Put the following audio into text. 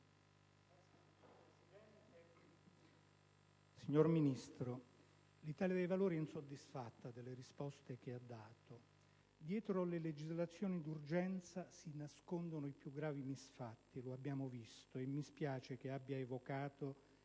signor Ministro, il Gruppo dell'Italia dei Valori è insoddisfatto delle risposte che ci sono state date. Dietro le legislazioni d'urgenza si nascondono i più gravi misfatti - lo abbiamo visto - e mi spiace che sia stato